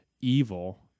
evil